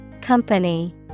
Company